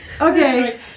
Okay